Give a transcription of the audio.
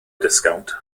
disgownt